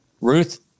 Ruth